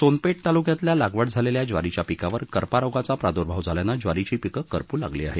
सोनपेठ तालुक्यातल्या लागवड झालेल्या ज्वारीच्या पिकावर करपा रोगाचा प्राद्र्भाव झाल्यानं ज्वारीची पीकं करपू लागली आहेत